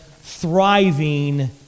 thriving